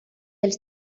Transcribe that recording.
els